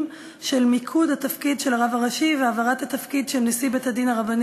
של מיקוד התפקיד של הרב הראשי והעברת התפקיד של נשיא בית-הדין הרבני